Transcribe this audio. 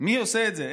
מי עושה את זה?